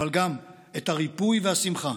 אבל גם את הריפוי והשמחה,